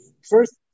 first